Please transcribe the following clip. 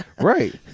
right